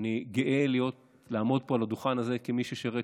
אני גאה לעמוד פה על הדוכן הזה כמי ששירת